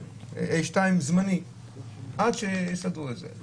2A זמני עד שיסדרו את זה.